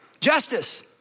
Justice